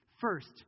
First